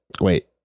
wait